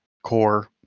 core